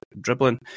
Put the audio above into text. dribbling